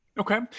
Okay